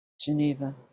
Geneva